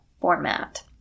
format